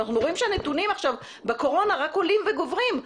ואנחנו רואים שהנתונים עכשיו בקורונה רק עולים וגוברים.